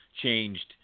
changed